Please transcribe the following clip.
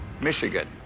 Michigan